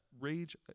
rage